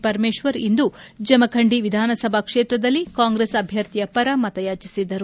ಪರಮೇಶ್ವರ್ ಇಂದು ಜಮಖಂಡಿ ವಿಧಾನಸಭಾ ಕ್ಷೇತ್ರದಲ್ಲಿ ಕಾಂಗ್ರೆಸ್ ಅಭ್ಯರ್ಥಿಪರ ಮತಯಾಚಿಸಿದರು